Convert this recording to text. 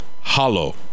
hollow